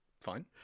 Fine